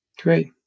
Great